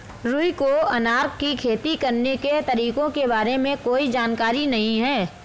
रुहि को अनार की खेती करने के तरीकों के बारे में कोई जानकारी नहीं है